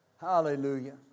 Hallelujah